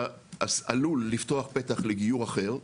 אתה עלול לפתוח פתח לגיור אחר,